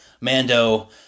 Mando